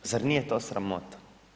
Zar nije to sramota?